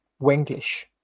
wenglish